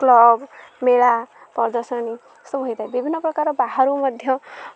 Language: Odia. କ୍ଲବ ମେଳା ପ୍ରଦର୍ଶନୀ ସବୁ ହୋଇଥାଏ ବିଭିନ୍ନ ପ୍ରକାର ବାହାରୁ ମଧ୍ୟ